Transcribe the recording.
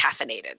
caffeinated